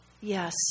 Yes